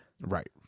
Right